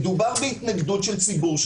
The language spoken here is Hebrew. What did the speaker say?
מדובר בהתנגדות של ציבור,